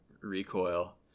recoil